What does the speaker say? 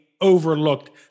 overlooked